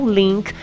link